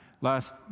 last